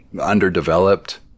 underdeveloped